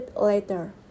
later